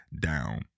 down